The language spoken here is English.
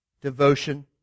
devotion